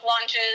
launches